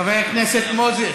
חבר הכנסת מוזס,